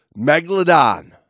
Megalodon